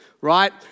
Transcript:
right